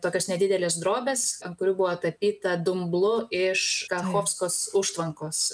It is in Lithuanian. tokios nedidelės drobės ant kurių buvo tapyta dumblu iš kachovskos užtvankos